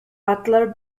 butler